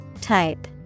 Type